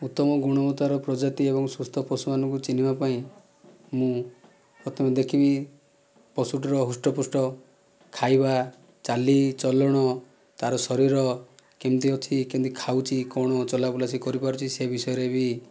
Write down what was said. ଉତ୍ତମ ଗୁଣବତ୍ତାର ପ୍ରଜାତି ଏବଂ ସୁସ୍ଥ ପଶୁମାନଙ୍କୁ ଚିହ୍ନିବା ପାଇଁ ମୁଁ ପ୍ରଥମେ ଦେଖିବି ପଶୁଟିର ହୃଷ୍ଟ ପୁଷ୍ଟ ଖାଇବା ଚାଲିଚଲଣ ତାର ଶରୀର କେମିତି ଅଛି କେମିତି ଖାଉଛି କଣ ଚଲାବୁଲା ସେ କରିପାରୁଛି ସେବିଷୟରେ ବି